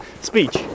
speech